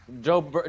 Joe